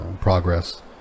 progress